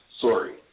Sorry